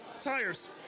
tires